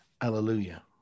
Hallelujah